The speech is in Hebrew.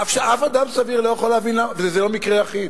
אף אדם סביר לא יכול להבין למה, וזה לא מקרה יחיד.